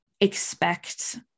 expect